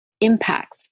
impact